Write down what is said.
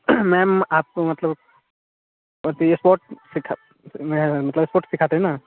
ma'am आपको मतलब sport सीखा में मतलब स्पोर्ट सिखाते हैं ना